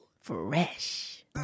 fresh